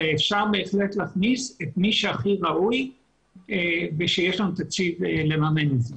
ואפשר בהחלט להכניס את מי שהכי ראוי ושיש לנו תקציב לממן את זה.